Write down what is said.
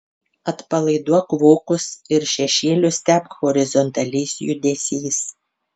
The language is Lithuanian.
atpalaiduok vokus ir šešėlius tepk horizontaliais judesiais